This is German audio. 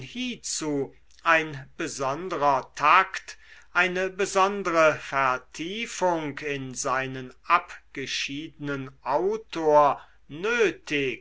hiezu ein besondrer takt eine besondre vertiefung in seinen abgeschiedenen autor